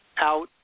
out